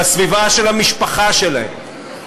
בסביבה של המשפחה שלהם,